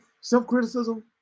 self-criticism